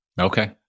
Okay